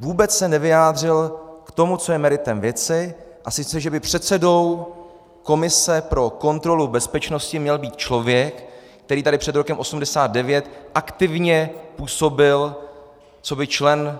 Vůbec se nevyjádřil k tomu, co je meritem věci, a sice že by předsedou komise pro kontrolu bezpečnosti měl být člověk, který tady před rokem 1989 aktivně působil coby člen